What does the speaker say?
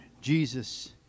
Jesus